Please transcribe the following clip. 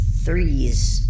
Threes